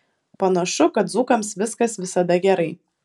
panašu kad dzūkams viskas visada gerai